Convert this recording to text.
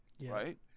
right